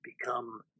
become